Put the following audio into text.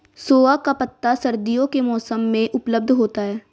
सोआ का पत्ता सर्दियों के मौसम में उपलब्ध होता है